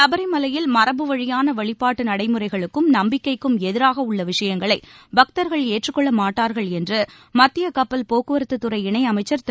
சபரிமலையில் மரபுவழியான வழிபாட்டு நடைமுறைகளுக்கும் நம்பிக்கைக்கும் எதிராக உள்ள விஷயங்களை பக்தர்கள் ஏற்றுக்கொள்ள மாட்டார்கள் என்று மத்திய கப்பல் போக்குவரத்து துறை இணையமைச்சர் திரு